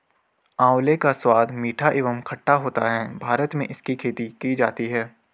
आंवले का स्वाद मीठा एवं खट्टा होता है भारत में इसकी खेती की जाती है